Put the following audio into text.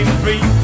free